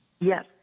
Yes